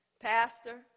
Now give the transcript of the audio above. pastor